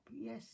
Yes